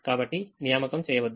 కాబట్టి నియామకం చేయవద్దు